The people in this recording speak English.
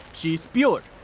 she's pure.